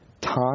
time